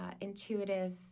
intuitive